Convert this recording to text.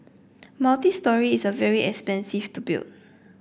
multistory is a very expensive to build